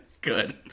Good